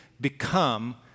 become